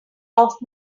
off